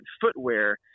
footwear